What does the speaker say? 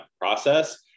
process